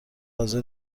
حاضر